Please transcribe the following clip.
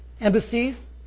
embassies